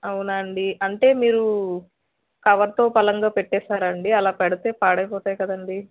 అవునా అండి అంటే మీరు కవర్తో బలంగా పెట్టేసారా అండి అలా పెడితే పాడైపోతాయి కదండి